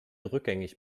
rückgängig